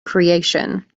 creation